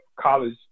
college